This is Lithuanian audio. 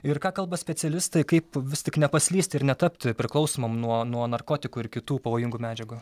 ir ką kalba specialistai kaip vis tik nepaslysti ir netapti priklausomam nuo nuo narkotikų ir kitų pavojingų medžiagų